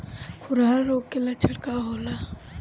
खुरहा रोग के लक्षण का होला?